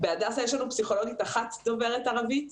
בהדסה יש לנו פסיכולוגית אחת דוברת ערבית